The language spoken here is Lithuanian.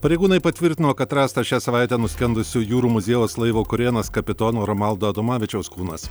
pareigūnai patvirtino kad rastas šią savaitę nuskendusio jūrų muziejaus laivo kurėno kapitono romaldo adomavičiaus kūnas